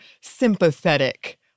sympathetic